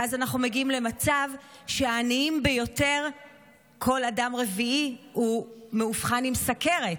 ואז אנחנו מגיעים למצב שמהעניים ביותר כל אדם רביעי מאובחן עם סוכרת.